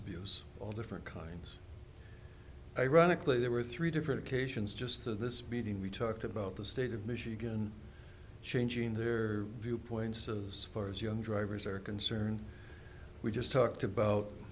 abuse all different kinds ironically there were three different occasions just to this meeting we talked about the state of michigan changing their viewpoints as far as young drivers are concerned we just talked about